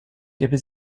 der